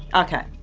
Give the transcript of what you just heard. okay.